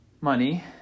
money